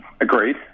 Agreed